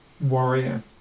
Warrior